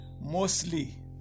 mostly